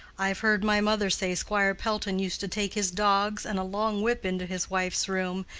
i've heard my mother say squire pelton used to take his dogs and a long whip into his wife's room,